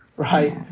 right?